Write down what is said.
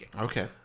Okay